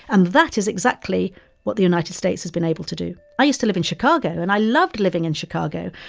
and that is exactly what the united states has been able to do i used to live in chicago, and i loved living in chicago.